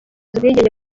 ubwigenge